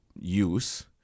use